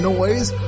Noise